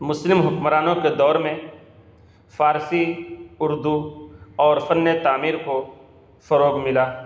مسلم حکمرانوں کے دور میں فارسی اردو اور فن تعمیر کو فروغ ملا